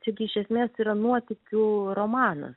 čiagi iš esmės yra nuotykių romanas